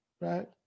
right